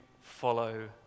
follow